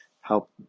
help